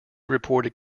reported